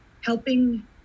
helping